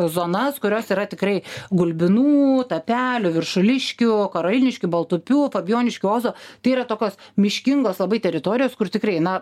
zonas kurios yra tikrai gulbinų tapelių viršuliškių karoliniškių baltupių fabijoniškių ozo tai yra tokios miškingos labai teritorijos kur tikrai na